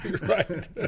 Right